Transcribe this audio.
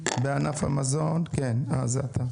ענף המזון, בבקשה.